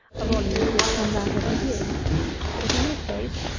a volume of which comes out every year but, in this case,